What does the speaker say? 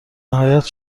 نهایت